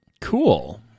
Cool